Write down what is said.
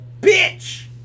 bitch